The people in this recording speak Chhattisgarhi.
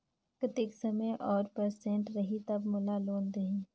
कतेक समय और परसेंट रही तब मोला लोन देही?